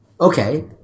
Okay